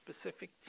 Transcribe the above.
specific